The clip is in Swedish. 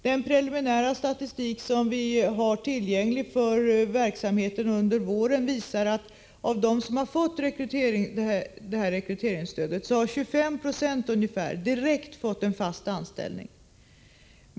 Den preliminära statistik som vi har tillgänglig för verksamheten under våren visar att av dem som har fått rekryteringsstöd har 25 96 direkt fått en fast anställning.